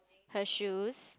her shoes